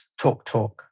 TalkTalk